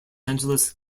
angeles